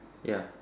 ya